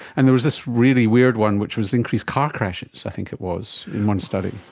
and there was this really weird one which was increased car crashes i think it was in one study.